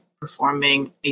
performing